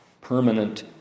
permanent